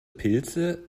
pilze